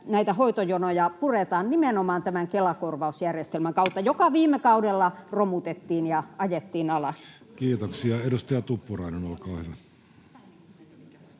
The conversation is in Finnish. näitä hoitojonoja puretaan nimenomaan tämän Kela-korvausjärjestelmän kautta, joka viime kaudella romutettiin ja ajettiin alas. Kiitoksia. — Edustaja Tuppurainen, olkaa hyvä.